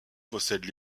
possède